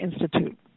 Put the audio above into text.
Institute